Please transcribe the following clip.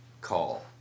call